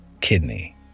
kidney